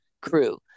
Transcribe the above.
crew